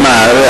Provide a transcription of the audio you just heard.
שמע,